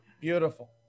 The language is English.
Beautiful